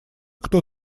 кто